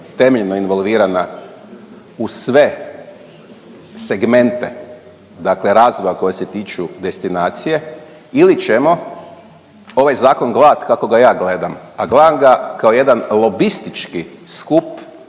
temeljno involvirana u sve segmente, dakle razvoja koji se tiču destinacije ili ćemo ovaj zakon gledat kako ga ja gledam, a gledam ga kao jedan lobistički skup